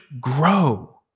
grow